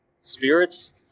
Spirits